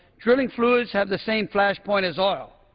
drilling fluids have the same flash point as oil.